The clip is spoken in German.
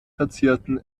verzierten